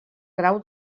grau